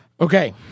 Okay